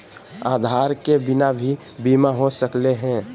आधार के बिना भी बीमा हो सकले है?